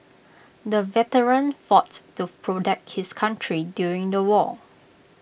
the veteran foughts to protect his country during the war